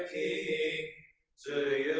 a c